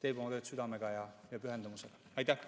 teeb oma tööd südamega ja pühendumusega. Aitäh!